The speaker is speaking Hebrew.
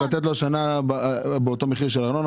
לתת לו שנה או שנתיים ארנונה באותו מחיר.